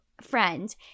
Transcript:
friend